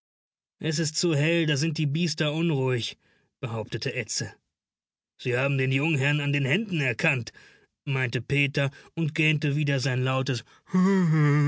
es ist zu hell da sind die biester unruhig behauptete edse sie haben den jungherrn an den händen erkannt meinte peter und gähnte wieder sein lautes